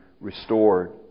restored